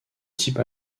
type